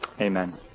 Amen